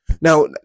Now